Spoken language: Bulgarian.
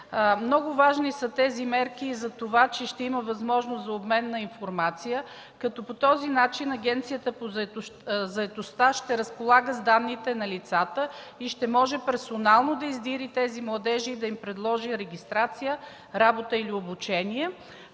много важни, защото ще има възможност за обмен на информация, като Агенцията по заетостта ще разполага с данните на лицата, ще може персонално да издири младежите и да им предложи регистрация, работа или обучение.